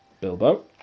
Bilbo